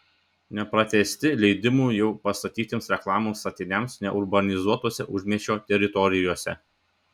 nepratęsti leidimų jau pastatytiems reklamos statiniams neurbanizuotose užmiesčio teritorijose